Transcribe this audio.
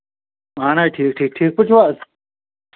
اَہن حظ ٹھیٖک ٹھیٖک ٹھیٖک پٲٹھۍ چھِو حظ